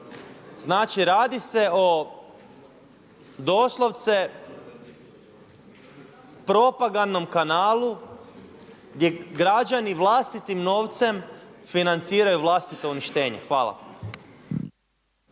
Znači radi se o doslovce propagandnom kanalu gdje građani vlastitim novcem financiraju vlastito uništenje. Hvala.